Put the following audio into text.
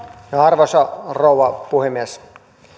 arvoisa rouva puhemies